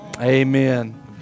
Amen